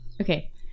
Okay